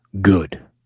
good